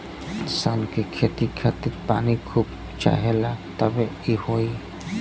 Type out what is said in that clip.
सन के खेती खातिर पानी खूब चाहेला तबे इ होई